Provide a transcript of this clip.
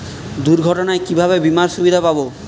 দুর্ঘটনায় কিভাবে বিমার সুবিধা পাব?